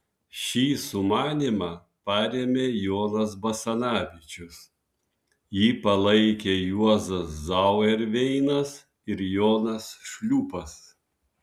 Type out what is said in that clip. šį sumanymą parėmė jonas basanavičius jį palaikė juozas zauerveinas ir jonas šliūpas